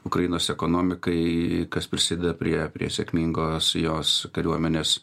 ukrainos ekonomikai kas prisideda prie prie sėkmingos jos kariuomenės